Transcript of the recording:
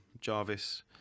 Jarvis